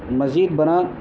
مزید برآں